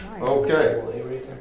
Okay